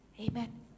Amen